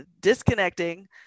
disconnecting